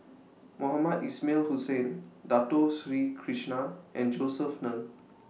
Mohamed Ismail Hussain Dato Sri Krishna and Josef Ng